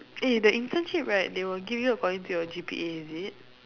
eh the internship right they will give you according to your G_P_A is it